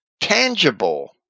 tangible